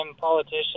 politician